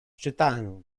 czytałem